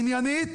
עניינית,